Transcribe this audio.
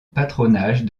patronage